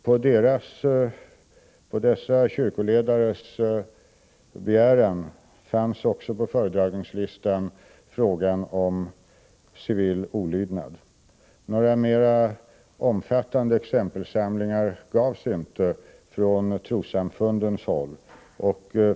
På dessa kyrkoledares begäran fanns också på föredragningslistan frågan om civil olydnad. Några mer omfattande exempelsamlingar gavs inte från trossamfundens håll.